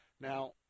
Now